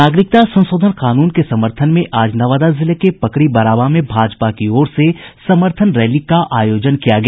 नागरिकता संशोधन कानून के समर्थन में आज नवादा जिले के पकरीबरावां में भाजपा की ओर से समर्थन रैली का आयोजन किया गया